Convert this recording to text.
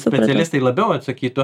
specialistai labiau atsakytų